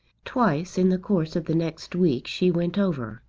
twice in the course of the next week she went over,